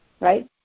right